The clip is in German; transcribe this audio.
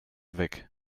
weg